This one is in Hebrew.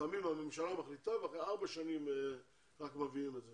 לפעמים הממשלה מחליטה ורק אחרי ארבע שנים מביאים את זה